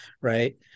right